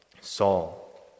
Saul